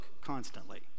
constantly